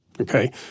Okay